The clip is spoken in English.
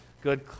Good